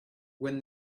when